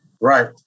Right